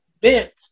bent